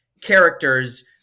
characters